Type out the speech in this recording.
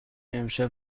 امشب